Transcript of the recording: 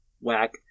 whack